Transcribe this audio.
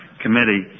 committee